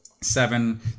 seven